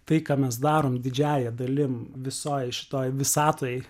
tai ką mes darom didžiąja dalim visoj šitoj visatoj